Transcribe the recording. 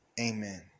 amen